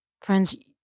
Friends